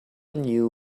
new